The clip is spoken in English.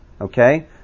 Okay